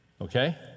Okay